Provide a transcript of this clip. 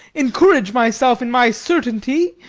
encourage myself in my certainty,